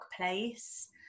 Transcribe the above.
place